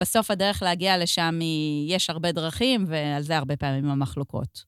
בסוף הדרך להגיע לשם יש הרבה דרכים, ועל זה הרבה פעמים המחלוקות.